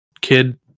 kid